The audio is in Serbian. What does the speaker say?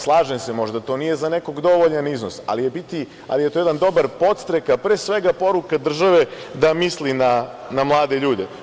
Slažem se, možda to nije za nekog dovoljan iznos, ali je to jedan dobar podstrek, a pre svega poruka države da misli na mlade ljude.